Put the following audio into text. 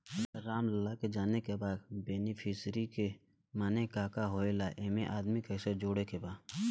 रामलाल के जाने के बा की बेनिफिसरी के माने का का होए ला एमे आदमी कैसे जोड़े के बा?